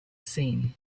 seen